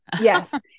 Yes